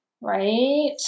right